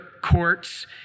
courts